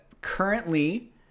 currently